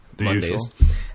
Mondays